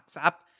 up